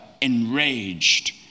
enraged